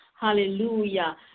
hallelujah